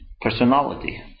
personality